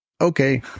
Okay